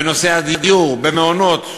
בנושא הדיור, במעונות,